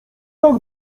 tak